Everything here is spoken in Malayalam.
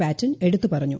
പാറ്റൺ എടുത്തുപറഞ്ഞു